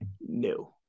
No